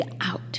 out